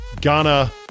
Ghana